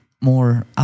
more